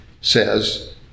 says